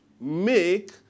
make